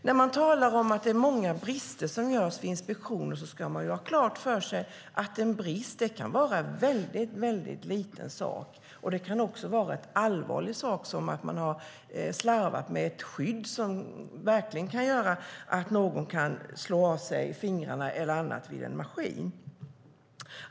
När man säger att det är många brister vid inspektioner ska man ha klart för sig att en brist kan vara en mycket liten sak, samtidigt som det kan vara en allvarlig sak som att man har slarvat med ett skydd som verkligen kan göra att någon kan slå av sig fingrarna eller annat vid en maskin.